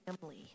family